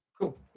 Cool